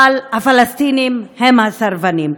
אבל הפלסטינים הם הסרבנים,